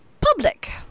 Public